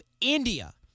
India